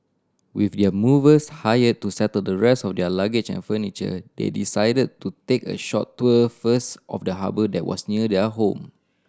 with the movers hire to settle the rest of their luggage and furniture they decided to take a short tour first of the harbour that was near their home